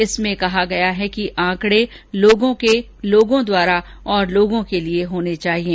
इसमें कहा गया है कि आंकड़े लोगों के लोगों द्वारा और लोगों के लिए होने चाहिएं